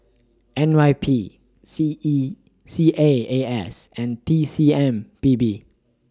N Y P C E C A A S and T C M P B